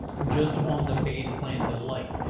i'm just on the base plan, the light.